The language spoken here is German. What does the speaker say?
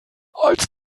als